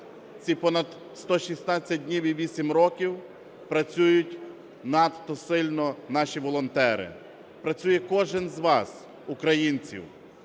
Ці понад 116 днів і 8 років працюють надто сильно наші волонтери, працює кожен з вас, українців,